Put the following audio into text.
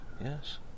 Yes